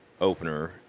opener